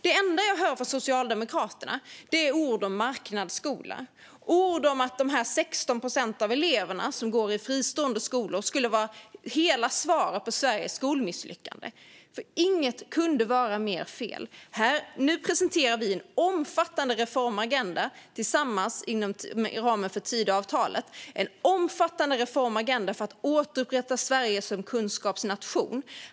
Det enda jag hör från Socialdemokraterna är ord om marknadsskola och att de 16 procent av eleverna som går i fristående skolor skulle vara hela svaret på Sveriges skolmisslyckanden. Inget kunde vara mer fel här! Nu presenterar vi en omfattande reformagenda tillsammans inom ramen för Tidöavtalet för att återupprätta Sverige som kunskapsnation.